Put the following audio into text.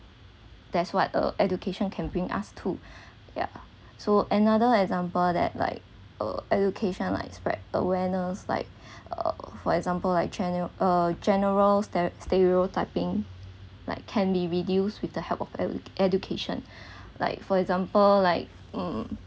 that's what uh education can bring us to yeah so another example that like uh education like spread awareness like uh for example like gene~ uh generals ste~ stereotyping like can be reduced with the help of edu~ education like for example like um